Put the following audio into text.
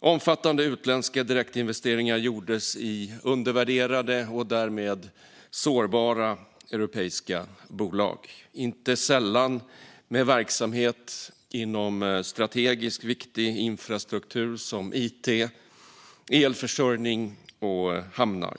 omfattande utländska direktinvesteringar gjordes i undervärderade och därmed sårbara europeiska bolag, inte sällan med verksamhet inom strategiskt viktig infrastruktur som it, elförsörjning och hamnar.